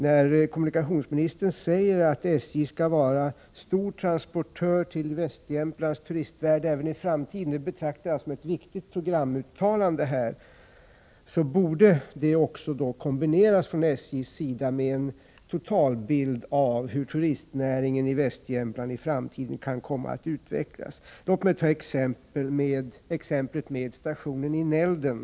När kommunikationsministern säger att SJ skall vara en stor transportör till Västjämtlands turistvärld även i framtiden betraktar jag det som ett viktigt programuttalande. Från SJ:s sida borde detta uttalande kombineras med en totalbild av hur turistnäringen i Västjämtland i framtiden kan komma att utvecklas. Låt mig ta upp exemplet med stationen i Nälden.